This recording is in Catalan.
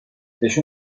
deixa